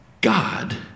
God